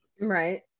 right